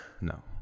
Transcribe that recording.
no